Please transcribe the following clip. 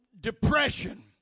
Depression